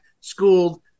Schooled